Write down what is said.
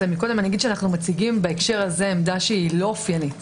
מציגים בהקשר הזה עמדה שלא אופיינית